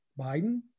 Biden